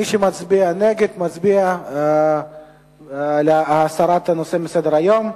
מי שמצביע נגד, מצביע להסרת הנושא מסדר-היום.